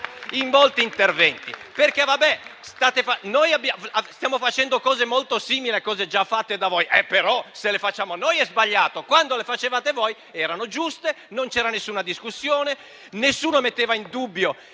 in molti interventi. Noi stiamo facendo cose molto simili a cose già fatte da voi. Però, se le facciamo noi, è sbagliato; quando le facevate voi, erano giuste, non c'era alcuna discussione, nessuno metteva in dubbio